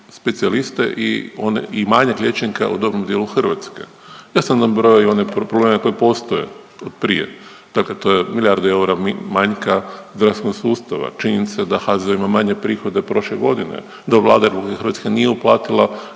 se ne razumije./… dijelu Hrvatske. Ja sam nabrojio one probleme koji postoje od prije, dakle to je milijardu eura manjka zdravstvenog sustava, činjenice da HZZO ima manje prihode prošle godine dok Vlada Republike Hrvatske nije uplatila